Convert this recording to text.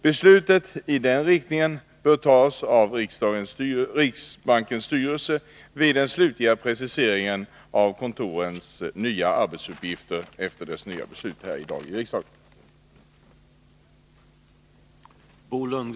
Beslut i den riktningen bör fattas av riksbankens styrelse vid den slutgiltiga preciseringen av kontorens nya arbetsuppgifter efter beslutet här i riksdagen i dag.